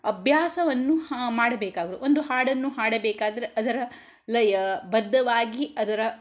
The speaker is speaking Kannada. ಅಭ್ಯಾಸವನ್ನು ಮಾಡಬೇಕಾಗು ಒಂದು ಹಾಡನ್ನು ಹಾಡಬೇಕಾದರೆ ಅದರ ಲಯ ಬದ್ಧವಾಗಿ ಅದರ